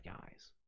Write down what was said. guys